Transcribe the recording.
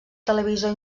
televisor